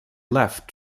left